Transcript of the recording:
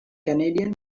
canadian